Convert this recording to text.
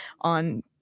on